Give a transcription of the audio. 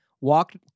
walked